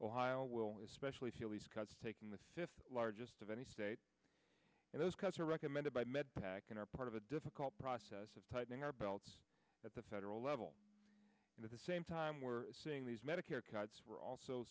while will especially feel these cuts taking the fifth largest of any state and those cuts are recommended by med pac and are part of a difficult process of tightening our belts at the federal level and at the same time we're seeing these medicare cuts we're also